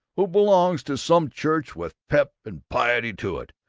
who belongs to some church with pep and piety to it,